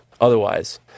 otherwise